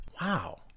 Wow